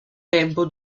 tempo